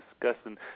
discussing